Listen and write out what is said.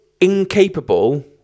incapable